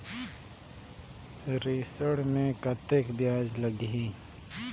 ऋण मे कतेक ब्याज लगही?